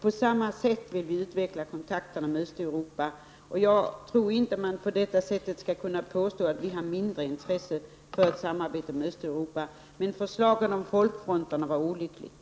På samma sätt vill vi utveckla kontakterna med Östeuropa. Jag tror inte att man på detta sätt skall kunna påstå att vi har mindre intresse för Östeuropa, men förslagen om folkfronterna var olyckliga.